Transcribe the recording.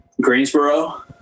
Greensboro